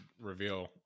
reveal